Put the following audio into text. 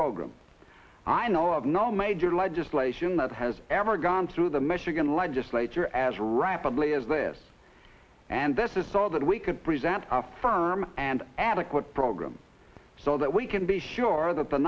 program i know of no major legislation that has ever gone through the michigan legislature as rapidly as this and this is so that we could present a firm and adequate program so that we can be sure that the